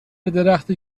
درختی